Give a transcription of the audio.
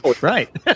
Right